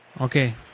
Okay